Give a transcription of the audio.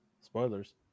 Spoilers